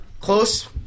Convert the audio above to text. Close